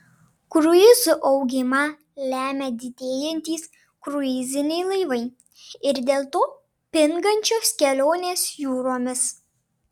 kruizų augimą lemia didėjantys kruiziniai laivai ir dėl to pingančios kelionės jūromis